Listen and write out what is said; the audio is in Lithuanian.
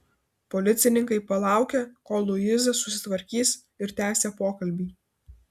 policininkai palaukė kol luiza susitvarkys ir tęsė pokalbį